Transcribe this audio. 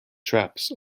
traps